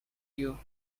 you